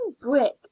brick